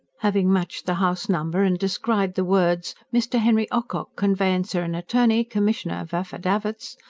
having matched the house-number and descried the words mr. henry ocock, conveyancer and attorney, commissioner of affidavits,